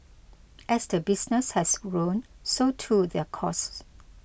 as the business has grown so too their costs